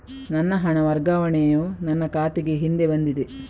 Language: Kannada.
ನನ್ನ ಹಣ ವರ್ಗಾವಣೆಯು ನನ್ನ ಖಾತೆಗೆ ಹಿಂದೆ ಬಂದಿದೆ